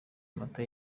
amata